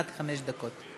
עד חמש דקות.